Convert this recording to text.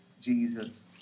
Jesus